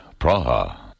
Praha